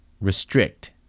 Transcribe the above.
restrict